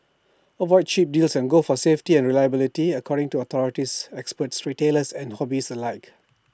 avoid cheap deals and go for safety and reliability according to authorities experts retailers and hobbyists alike